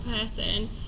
person